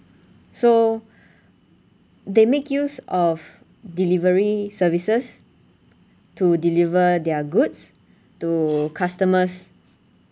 so they make use of delivery services to deliver their goods to customers